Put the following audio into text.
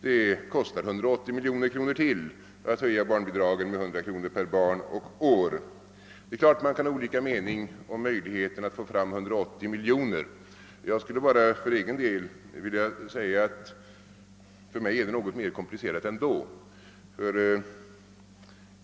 Det kostar 180 miljoner kronor att höja barnbidraget med 100 kronor per barn och år, och man kan givetvis ha skilda åsikter om möjligheten att få fram 180 miljoner. Jag skulle bara för egen del vilja säga att för mig är det ännu mera komplicerat.